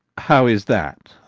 how is that?